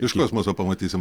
iš kosmoso pamatysim